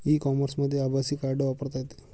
E कॉमर्समध्ये आभासी card वापरता येते